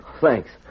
Thanks